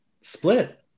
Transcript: split